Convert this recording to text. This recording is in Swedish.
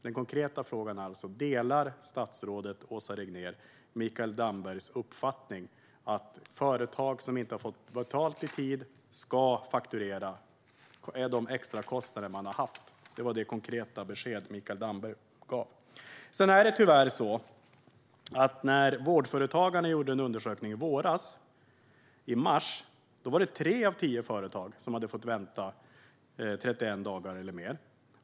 Den konkreta frågan är alltså: Delar statsrådet Åsa Regnér Mikael Dambergs uppfattning att företag som inte har fått betalt i tid ska fakturera de extrakostnader man har haft? Det var det konkreta besked Mikael Damberg gav. Sedan är det tyvärr så att när Vårdföretagarna gjorde en undersökning i våras, i mars, var det tre av tio företag som hade fått vänta 31 dagar eller mer.